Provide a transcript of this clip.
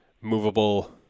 movable